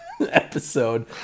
episode